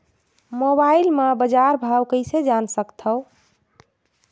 Mobile म बजार भाव कइसे जान सकथव?